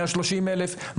מאה שלושים אלף,